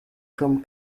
from